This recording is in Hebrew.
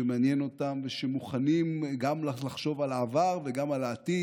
שמעניין אותם ושמוכנים לחשוב גם על העבר וגם על העתיד.